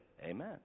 amen